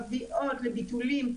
מביאות לביטולים,